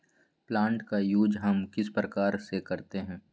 Plant का use हम किस प्रकार से करते हैं?